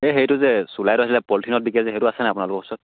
এই সেইটো যে চুলাইটো আছে যে পলিথিনত বিকে যে সেইটো আছেনে আপোনালোকৰ ওচৰত